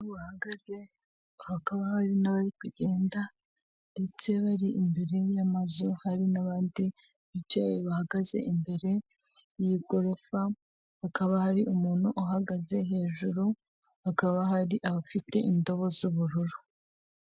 Abantu bahagaze, hakaba hari n'abari kugenda ndetse bari imbere y'amazu, hari n'abandi bicaye bahagaze imbere y'igororefa, hakaba hari umuntu uhagaze hejuru, hakaba hari abafite indobo z'ubururu.